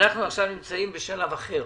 אנחנו עכשיו נמצאים בשלב אחר.